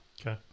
okay